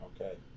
okay